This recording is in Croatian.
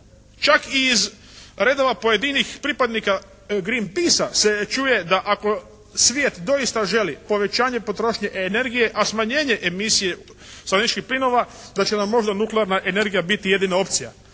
Čak i iz redova pojedinih pripadnika Green peacea se čuje da ako svijet doista želi povećanje potrošnje energije, a smanjenje emisije stakleničkih plinova da će nam možda nuklearna energija biti jedina opcija.